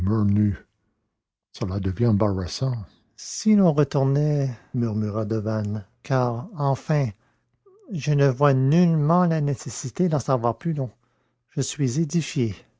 cela devient embarrassant si l'on retournait murmura devanne car enfin je ne vois nullement la nécessité d'en savoir plus long je suis édifié